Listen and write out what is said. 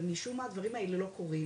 ומשהו מהדברים האלה לא קורה,